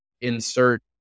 insert